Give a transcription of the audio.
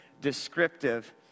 descriptive